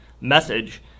message